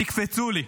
תקפצו לי.